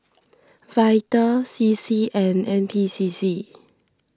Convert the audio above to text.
Vital C C and N P C C